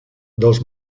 dels